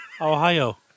Ohio